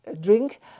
drink